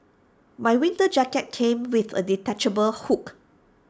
my winter jacket came with A detachable hood